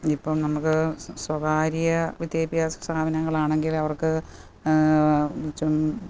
ഇപ്പം നമുക്ക് സ്വകാര്യ വിദ്യാഭ്യാസ സ്ഥാപനങ്ങൾ ആണെങ്കിലവർക്ക്